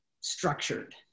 structured